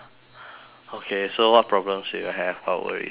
okay so what problems do you have what worries do you have